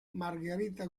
margherita